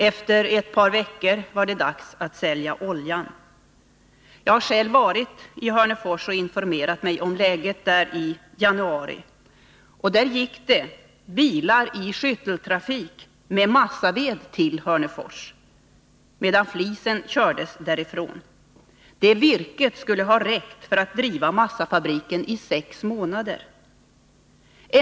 Efter ett par veckor var det dags att sälja oljan. Jag var själv i Hörnefors i januari och informerade mig om läget. Bilar med massaved gick i skytteltrafik till Hörnefors, medan flisen kördes därifrån. Det virket skulle ha räckt för att driva massafabriken i sex månader.